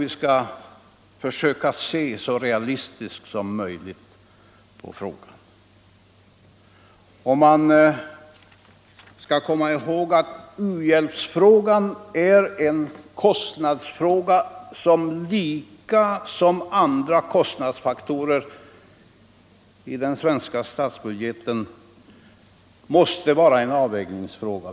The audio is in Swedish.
Vi skall nog försöka se så realistiskt som möjligt på frågan. Man måste komma ihåg att u-hjälpsfrågan är en kostnadsfråga som lika väl som andra kostnadsfaktorer i den svenska statsbudgeten måste vara en avvägningsfråga.